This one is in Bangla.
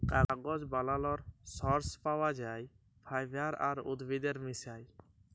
কাগজ বালালর সর্স পাউয়া যায় ফাইবার আর উদ্ভিদের মিশায়